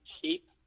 cheap